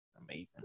Amazing